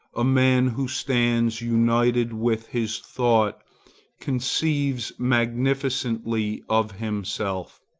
a man who stands united with his thought conceives magnificently of himself.